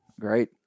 great